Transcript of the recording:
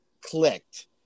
clicked